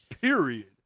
period